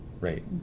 Right